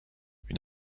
une